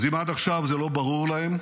אז אם עד עכשיו זה לא ברור להם,